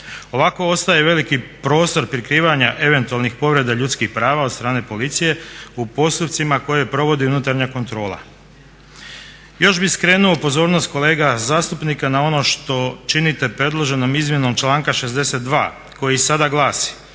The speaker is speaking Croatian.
Ovako ostaje veliki prostor prikrivanja eventualnih povreda ljudskih prava od strane policije u postupcima koje provodi unutarnja kontrola. Još bih skrenuo pozornost kolega zastupnika na ono što činite predloženom izmjenom članka 62. koji sada glasi: